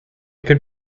could